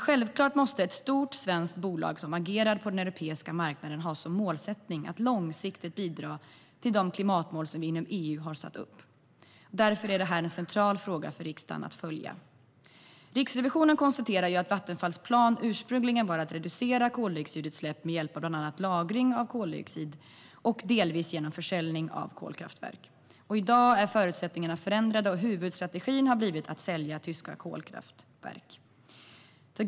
Självfallet måste ett stort svenskt bolag som agerar på den europeiska marknaden ha som målsättning att långsiktigt bidra till de klimatmål som vi inom EU har satt upp. Därför är det här en central fråga för riksdagen att följa. Riksrevisionen konstaterar att Vattenfalls plan ursprungligen var att reducera koldioxidutsläpp med hjälp av bland annat lagring av koldioxid och delvis genom försäljning av kolkraftverk. I dag är förutsättningarna förändrade, och huvudstrategin har blivit att sälja tyska kolkraftverk.